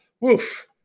Woof